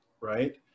right